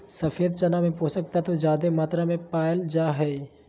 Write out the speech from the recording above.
सफ़ेद चना में पोषक तत्व ज्यादे मात्रा में पाल जा हइ